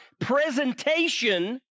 presentation